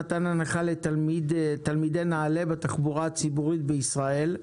על סדר-היום: מתן הנחה לתלמידי נעל"ה בתחבורה הציבורית בישראל.